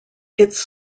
its